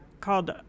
called